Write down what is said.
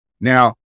Now